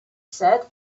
said